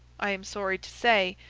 i am sorry to say,